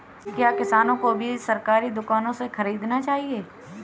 क्या किसानों को बीज सरकारी दुकानों से खरीदना चाहिए?